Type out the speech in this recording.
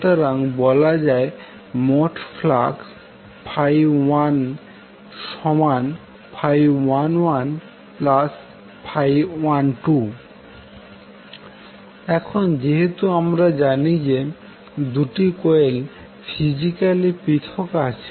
সুতরাং বলা যায় যে মোট ফ্লাক্স 11112 এখন যেহেতু আমরা জানি যে দুটি কয়েল ফিজিক্যালি পৃথক আছে